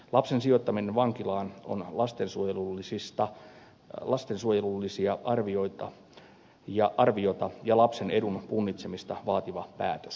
lapsen sijoittaminen vankilaan on lastensuojelullista arviota ja lapsen edun punnitsemista vaativa päätös